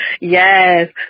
Yes